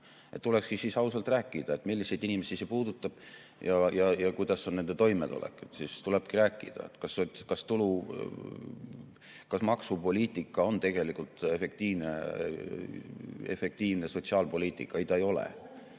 Tulekski siis ausalt rääkida, milliseid inimesi see puudutab ja milline on nende toimetulek. Siis tulebki rääkida, kas maksupoliitika on tegelikult efektiivne sotsiaalpoliitika. Ei, ta ei ole,